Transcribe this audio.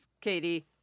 Katie